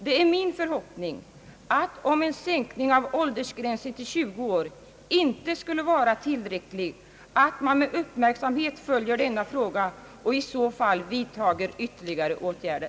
Det är min förhoppning att man, om en sänkning av åldersgränsen till 20 år när det gäller att erhålla omskolningsbidrag inte skulle vara tillräcklig, med uppmärksamhet följer denna fråga och i så fall vidtager ytterligare åtgärder.